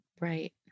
Right